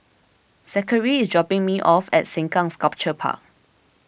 Zackery is dropping me off at Sengkang Sculpture Park